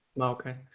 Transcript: okay